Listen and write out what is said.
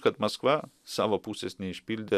kad maskva savo pusės neišpildė